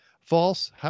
false